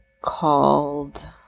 called